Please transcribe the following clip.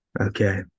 Okay